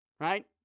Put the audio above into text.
Right